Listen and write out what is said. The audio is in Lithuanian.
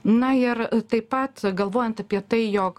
na ir taip pat galvojant apie tai jog